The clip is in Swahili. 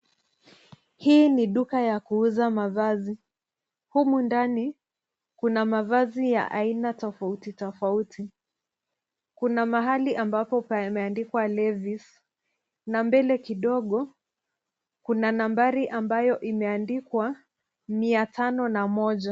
Hii ni duka ya kuuza mavazi. Humu ndani kuna mavazi ya aina tofauti tofauti. Kuna mahali ambapo pameandikwa Levis na mbele kidogo kuna nambari ambayo imeandikwa mia tano na moja.